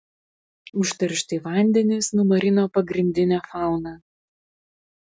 užteršti vandenys numarino pagrindinę fauną